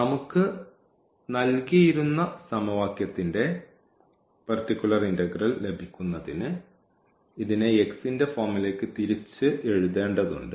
നമുക്ക് നൽകിയിരിക്കുന്ന സമവാക്യത്തിൻറെ പർട്ടിക്കുലർ ഇന്റഗ്രൽ ലഭിക്കുന്നതിന് ഇതിനെ x ൻറെ ഫോമിലേക്ക് തിരിച്ച് എഴുതേണ്ടതുണ്ട്